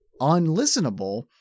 unlistenable